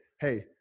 Hey